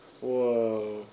Whoa